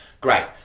Great